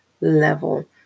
level